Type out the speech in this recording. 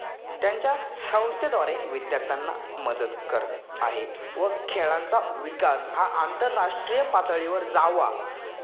त्यांच्या संस्थेद्वारे विद्यार्थ्यांना मदत करत आहे व खेळांचा विकास हा आंतरराष्ट्रीय पातळीवर जावा